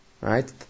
right